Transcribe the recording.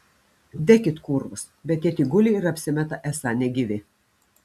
dekit kūrvos bet tie tik guli ir apsimeta esą negyvi